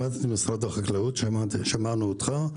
שמעתי את משרד החקלאות ושמענו אותך,